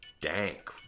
dank